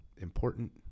important